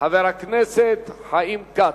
חבר הכנסת חיים כץ.